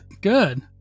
Good